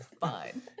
fine